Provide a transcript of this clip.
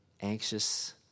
anxious